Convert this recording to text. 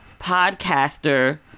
podcaster